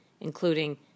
including